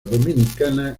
dominicana